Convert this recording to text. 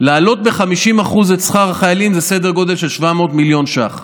להעלות ב-50% את שכר החיילים זה סדר גודל של 700 מיליון שקלים.